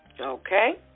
Okay